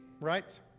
right